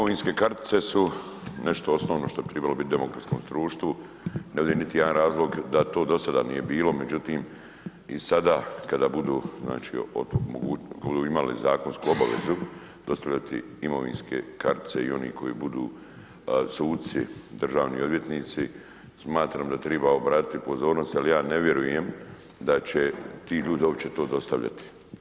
Imovinske kartice su nešto osnovno što bi trebalo bit u demokratskom društvu, ne vidim niti jedan razlog da to do sada nije bilo međutim i sada kada budu imali zakonsku obavezu dostavljate imovinske kartice i oni koji budu suci, državni odvjetnici, smatram da treba obratiti pozornost jer ja ne vjerujem da će ti ljudi uopće to dostavljati.